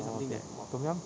ah okay tom yum